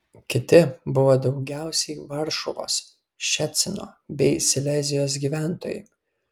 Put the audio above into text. kiti buvo daugiausiai varšuvos ščecino bei silezijos gyventojai